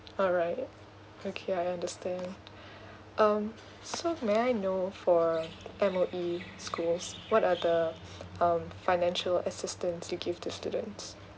alright okay I understand um so may I know for M_O_E schools what are the um financial assistance you give to students